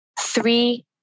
three